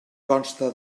consta